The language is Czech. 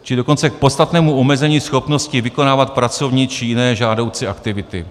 či dokonce k podstatnému omezení schopnosti vykonávat pracovní či jiné žádoucí aktivity.